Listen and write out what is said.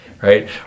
right